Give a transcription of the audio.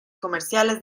comerciales